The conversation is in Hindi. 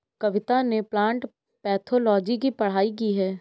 कविता ने प्लांट पैथोलॉजी की पढ़ाई की है